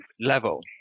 level